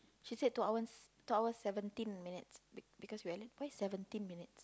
she said two hours two hours seventeen minutes be because we are late seventeen minutes